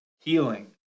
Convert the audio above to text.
healing